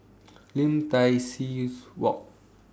Lim Tai See Walk